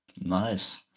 Nice